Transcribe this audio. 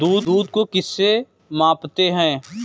दूध को किस से मापते हैं?